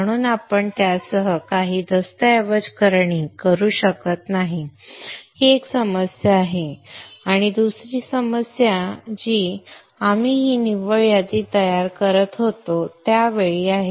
म्हणून आपण त्यासह काही दस्तऐवजीकरण करू शकत नाही ही एक समस्या आहे आणि दुसरी समस्या जी आम्ही ही निव्वळ यादी तयार करत होतो त्या वेळी आहे